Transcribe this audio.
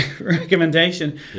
recommendation